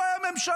לא הייתה הממשלה,